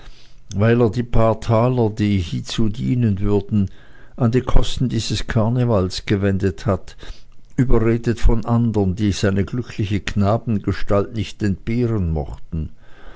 weil er die paar taler die hiezu dienen würden an die kosten dieses karnevals gewendet hat überredet von andern die seine glückliche knabengestalt nicht entbehren mochten